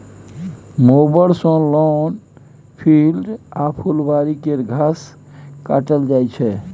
mower सँ lawn, field आ फुलबारी केर घास काटल जाइ छै